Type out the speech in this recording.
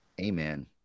Amen